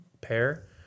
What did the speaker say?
pair